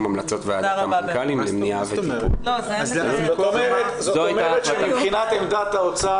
המלצת ועדת המנכ"לים למניעה- --" זאת אומרת שמבחינת עמדת האוצר